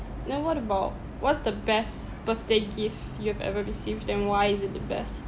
that's nice then what about what's the best birthday gift you have ever received and why is it the best